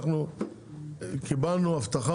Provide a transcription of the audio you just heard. אנחנו קיבלנו הבטחה,